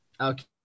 okay